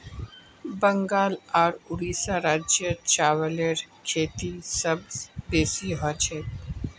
बंगाल आर उड़ीसा राज्यत चावलेर खेती सबस बेसी हछेक